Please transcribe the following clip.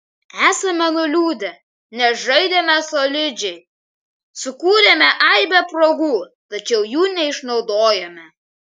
esame nuliūdę nes žaidėme solidžiai sukūrėme aibę progų tačiau jų neišnaudojome